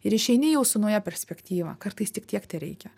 ir išeini jau su nauja perspektyva kartais tik tiek tereikia